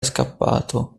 scappato